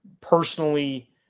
personally